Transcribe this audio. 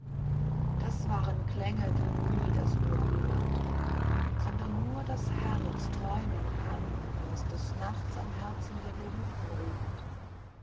das waren klänge die nie das ohr hört sondern nur das herz träumen kann wenn es des nachts am herzen der geliebten ruht